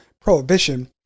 prohibition